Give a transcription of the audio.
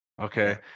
okay